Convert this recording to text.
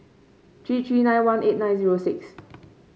three three nine one eight nine zero six